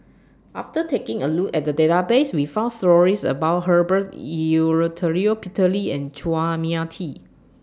after taking A Look At The Database We found stories about Herbert Eleuterio Peter Lee and Chua Mia Tee